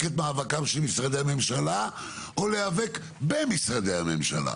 את מאבקם של משרדי הממשלה או להיאבק במשרדי הממשלה.